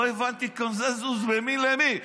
לא הבנתי קונסנזוס בין מי למי.